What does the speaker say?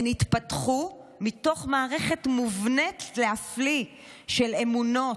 הן התפתחו מתוך מערכת מובנת להפליא של אמונות.